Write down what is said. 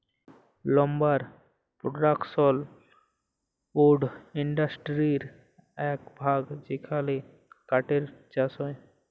lumber production wood ইন্ডাসটিরির একট ভাগ যেখালে কাঠের চাষ হয়